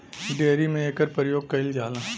dairy में एकर परियोग कईल जाला